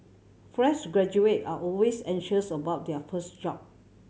fresh graduate are always anxious about their first job